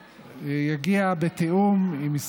שיגיע, בתיאום, למה?